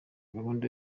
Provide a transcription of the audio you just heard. gahunda